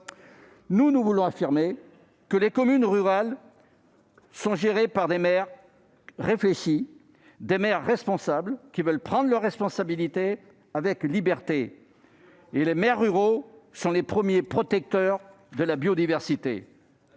chose ! Nous affirmons que les communes rurales sont gérées par des maires réfléchis, qui veulent prendre leurs responsabilités, avec liberté. Les maires ruraux sont les premiers protecteurs de la biodiversité